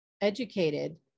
educated